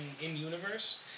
in-universe